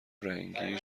رنگی